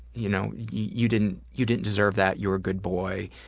you know you didn't you didn't deserve that, you're a good boy.